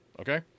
okay